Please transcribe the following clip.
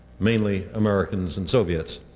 mainly americans and soviets,